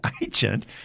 agent